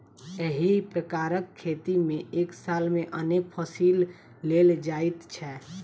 एहि प्रकारक खेती मे एक साल मे अनेक फसिल लेल जाइत छै